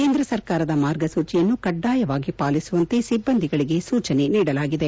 ಕೇಂದ್ರ ಸರ್ಕಾರದ ಮಾರ್ಗಸೂಚಿಯನ್ನು ಕಡ್ವಾಯವಾಗಿ ಪಾಲಿಸುವಂತೆ ಿಬ್ಬಂದಿಗಳಿಗೆ ಸೂಚನೆ ನೀಡಲಾಗಿದೆ